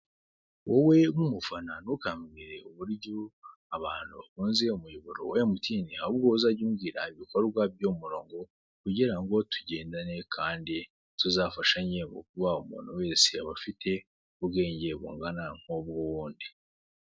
Wowe nk'umufana ntukamwire uburyo abantu bakunze umuyoboro wa emutiyeni ahubwo uzajye umbwira umbwira iibikorwa by'uwo murongo kugira ngo tugendane kandi tuzafashanye kukuba umuntu wese aba afite ubwenge bungana nk'ubwo uwundi.